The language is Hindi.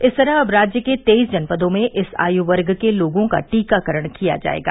इस तरह अब राज्य के तेईस जनपदों में इस आयु वर्ग के लोगों का टीकाकरण किया जायेगा